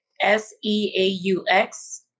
S-E-A-U-X